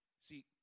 See